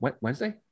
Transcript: Wednesday